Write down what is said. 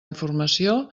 informació